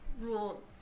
rule